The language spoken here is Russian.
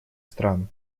стран